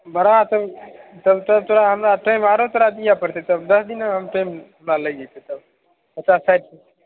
बरा तब तब तब तोरा हमरा टाइम आरो तोरा दिय परतै तब दस दिन टैम बा लागि जैतै तब पचास साठि